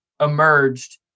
emerged